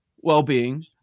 well-being